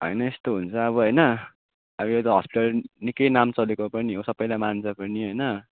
होइन यस्तो हुन्छ अब होइन अब यो त हस्पिटल निक्कै नाम चलेको पनि हो सबैले मान्छ पनि होइन